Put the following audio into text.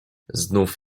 znów